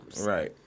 Right